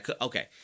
Okay